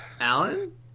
Alan